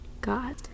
God